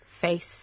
face